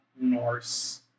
Norse